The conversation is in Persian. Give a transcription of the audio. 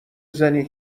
زنی